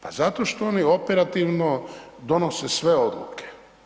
Pa zato što oni operativno donose sve odluke.